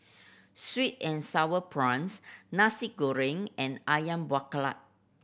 sweet and Sour Prawns Nasi Goreng and Ayam Buah Keluak